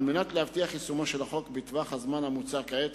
על מנת להבטיח את יישומו של החוק בטווח הזמן המוצע כעת,